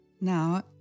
Now